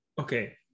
Okay